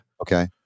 okay